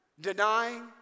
denying